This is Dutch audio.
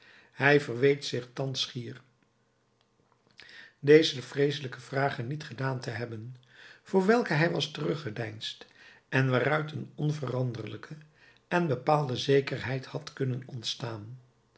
hij verweet zich thans schier deze vreeselijke vragen niet gedaan te hebben voor welke hij was teruggedeinsd en waaruit een onveranderlijke en bepaalde zekerheid had kunnen ontstaan